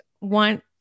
want